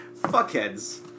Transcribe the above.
fuckheads